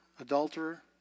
adulterer